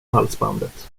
halsbandet